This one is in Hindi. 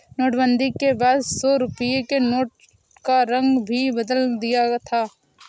नोटबंदी के बाद सौ रुपए के नोट का रंग भी बदल दिया था